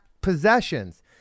possessions